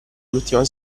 l’ultima